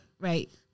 Right